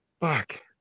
Fuck